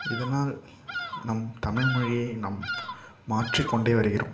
இதனால் நம் தமிழ்மொழியை நம் மாற்றிக்கொண்டே வருகிறோம்